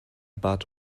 bat